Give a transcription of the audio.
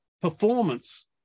performance